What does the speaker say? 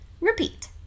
Repeat